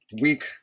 week